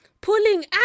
Pulling